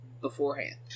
beforehand